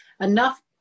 enough